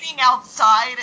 outside